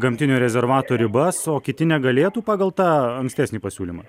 gamtinio rezervato ribas o kiti negalėtų pagal tą ankstesnį pasiūlymą